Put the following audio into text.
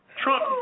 Trump